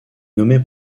nommé